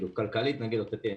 כלכלית נגיד הוצאתי,